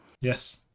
Yes